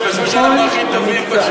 הם חשבו שאנחנו הכי טובים פשוט.